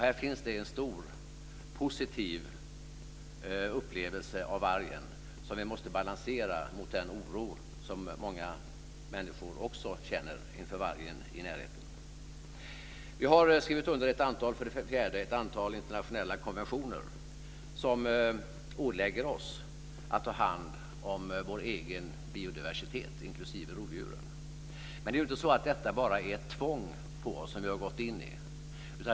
Här finns det en stor positiv upplevelse av vargen som vi måste balansera mot den oro som många människor också känner inför att ha vargen i närheten. Det fjärde är att vi har skrivit under ett antal internationella konventioner som ålägger oss att ta hand om vår egen biodiversitet, inklusive rovdjuren. Men vi har ju inte bara gått in i något som är ett tvång på oss.